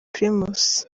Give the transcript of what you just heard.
primus